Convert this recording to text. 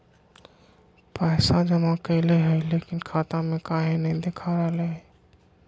पैसा जमा कैले हिअई, लेकिन खाता में काहे नई देखा रहले हई?